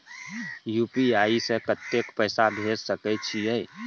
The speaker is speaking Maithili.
यु.पी.आई से कत्ते पैसा भेज सके छियै?